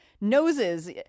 noses